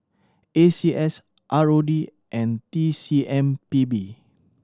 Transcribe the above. A C S R O D and T C M P B